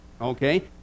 okay